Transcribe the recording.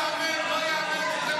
לא ייאמן.